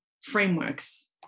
frameworks